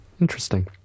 Interesting